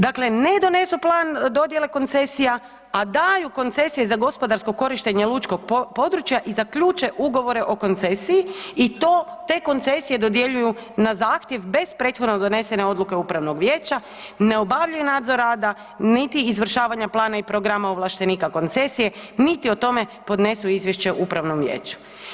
Dakle, ne donesu plan dodijele koncesija, a daju koncesije za gospodarsko korištenje lučkog područja i zaključe Ugovore o koncesiji i to, te koncesije dodjeljuju na zahtjev bez prethodno donesene odluke upravnog vijeća, ne obavljaju nadzor rada, niti izvršavanja plana i programa ovlaštenika koncesije, niti o tome podnesu izvješće upravnom vijeću.